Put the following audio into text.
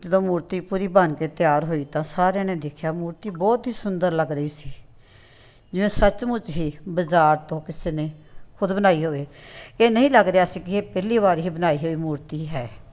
ਜਦੋਂ ਮੂਰਤੀ ਪੂਰੀ ਬਣ ਕੇ ਤਿਆਰ ਹੋਈ ਤਾਂ ਸਾਰਿਆਂ ਨੇ ਦੇਖਿਆ ਮੂਰਤੀ ਬਹੁਤ ਹੀ ਸੁੰਦਰ ਲੱਗ ਰਹੀ ਸੀ ਜਿਵੇਂ ਸੱਚਮੁੱਚ ਹੀ ਬਾਜ਼ਾਰ ਤੋਂ ਕਿਸੇ ਨੇ ਖੁਦ ਬਣਾਈ ਹੋਵੇ ਇਹ ਨਹੀਂ ਲੱਗ ਰਿਹਾ ਸੀ ਕਿ ਇਹ ਪਹਿਲੀ ਵਾਰ ਹੀ ਬਣਾਈ ਹੋਈ ਮੂਰਤੀ ਹੈ